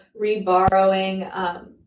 reborrowing